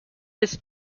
his